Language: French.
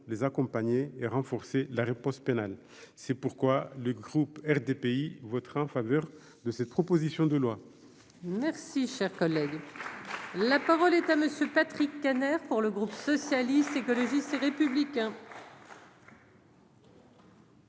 les accompagner et renforcer la réponse pénale, c'est pourquoi le groupe RDPI votera en faveur de cette proposition de loi. Merci, cher collègue, la parole est à monsieur Patrick Kanner pour le groupe socialiste, écologiste et républicain.